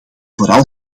vooral